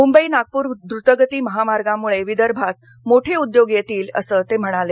मुंबई नागपूर द्रतगती महामार्गामुळे विदर्भात मोठे उद्योग येतील असं ते म्हणाले